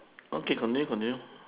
okay continue continue